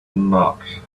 not